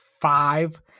five